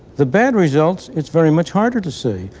the bad result it's very much harder to see.